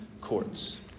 courts